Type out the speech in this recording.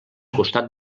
costat